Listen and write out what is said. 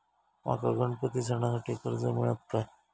माका गणपती सणासाठी कर्ज मिळत काय?